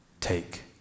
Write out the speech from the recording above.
take